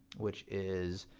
which is,